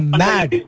mad